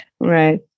Right